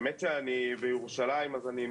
שמעו ובאמת נדרש שינוי משמעותי בתקנות.